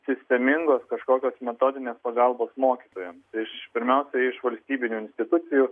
sistemingos kažkokios metodinės pagalbos mokytojam iš pirmiausia iš valstybinių institucijų